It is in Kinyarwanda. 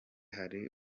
hari